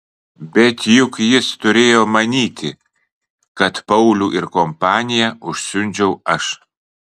bet juk jis turėjo manyti kad paulių ir kompaniją užsiundžiau aš